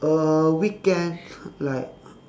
uh weekend like